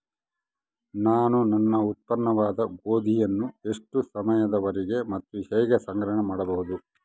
ನಾನು ನನ್ನ ಉತ್ಪನ್ನವಾದ ಗೋಧಿಯನ್ನು ಎಷ್ಟು ಸಮಯದವರೆಗೆ ಮತ್ತು ಹೇಗೆ ಸಂಗ್ರಹಣೆ ಮಾಡಬಹುದು?